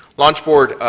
launch board,